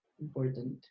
important